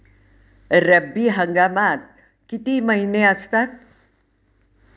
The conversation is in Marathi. रब्बी हंगामात किती महिने असतात?